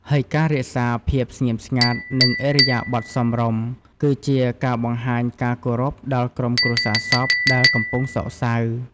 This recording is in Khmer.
ហើយការរក្សាភាពស្ងៀមស្ងាត់ និងឥរិយាបថសមរម្យ គឺជាការបង្ហាញការគោរពដល់ក្រុមគ្រួសារសពដែលកំពុងសោកសៅ។